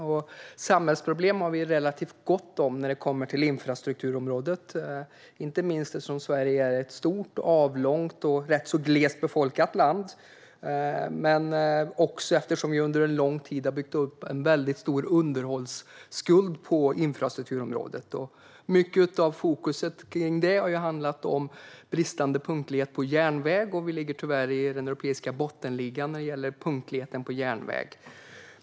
Och samhällsproblem har vi relativt gott om när det gäller infrastrukturområdet, inte minst eftersom Sverige är ett avlångt och ganska glest befolkat land. Det har under lång tid byggts upp en stor underhållsskuld på infrastrukturområdet. En stor del av fokuset har legat på den bristande punktligheten på järnvägen; vi ligger tyvärr i den europeiska bottenligan när det gäller det.